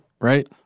Right